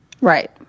Right